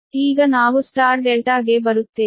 ಈಗ ನಾವು Y ∆ ಗೆ ಬರುತ್ತೇವೆ